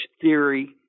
theory